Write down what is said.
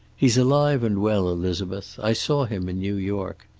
he's alive and well, elizabeth. i saw him in new york.